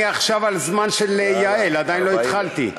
לא, אני עכשיו על זמן של יעל, עדיין לא התחלתי,